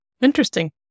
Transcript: Interesting